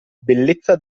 bellezza